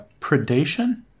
predation